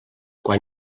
quan